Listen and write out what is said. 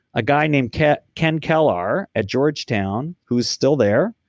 a guy named ken ken kellar at georgetown, who's still there.